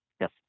Yes